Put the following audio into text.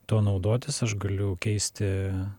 tuo naudotis aš galiu keisti